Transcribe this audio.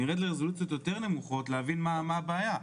נרד לרזולוציות יותר נמוכות להבין מה הבעיה.